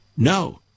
No